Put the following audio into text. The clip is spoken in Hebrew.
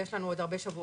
ויש לנו עוד הרבה שבועות.